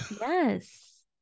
Yes